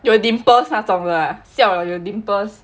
有 dimples 那种 ah siao ah 有 dimples